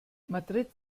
madrid